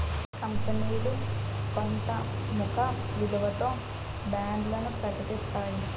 కంపనీలు కొంత ముఖ విలువతో బాండ్లను ప్రకటిస్తాయి